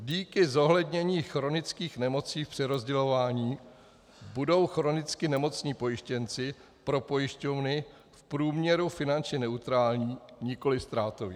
Díky zohlednění chronických nemocí přerozdělování budou chronicky nemocní pojištěnci pro pojišťovny v průměru finančně neutrální, nikoliv ztrátoví.